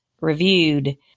reviewed